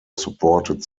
supported